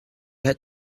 had